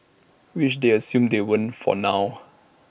which they assume they won't for now